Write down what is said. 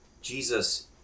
Jesus